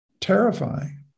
terrifying